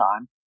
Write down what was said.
time